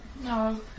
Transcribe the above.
No